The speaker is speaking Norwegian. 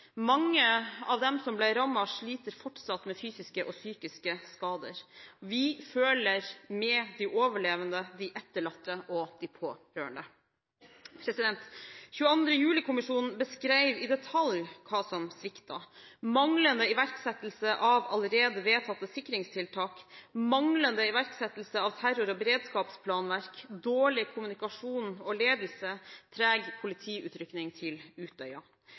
Mange av dem som ble rammet, sliter fortsatt med fysiske og psykiske skader. Vi føler med de overlevende, de etterlatte og de pårørende. 22. juli-kommisjonen beskrev i detalj hva som sviktet: manglende iverksettelse av allerede vedtatte sikringstiltak, manglende iverksettelse av terror- og beredskapsplanverk, dårlig kommunikasjon og ledelse, treg politiutrykning til Utøya.